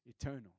eternal